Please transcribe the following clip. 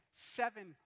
seven